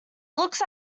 looks